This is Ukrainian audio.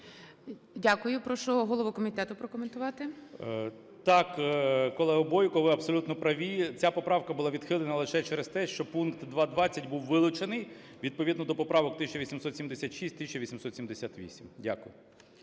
Дякую. Прошу голову комітету прокоментувати. 12:37:34 КНЯЖИЦЬКИЙ М.Л. Так, колего Бойко, ви абсолютно праві. Ця поправка була відхилена лише через те, що пункт 2.20 був вилучений, відповідно до поправок 1876-1878. Дякую.